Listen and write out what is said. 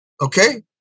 Okay